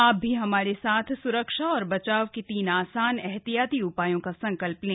आप भी हमारे साथ सुरक्षा और बचाव के तीन आसान एहतियाती उपायों का संकल्प लें